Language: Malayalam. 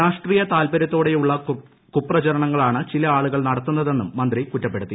രാഷ്ട്രീയ താല്പര്യത്തോടെയുള്ള കുപ്രചരണങ്ങളാണ് ചില ആളുകൾ നടത്തുന്നതെന്നും മന്ത്രി കുറ്റപ്പെടുത്തി